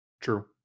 True